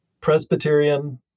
Presbyterian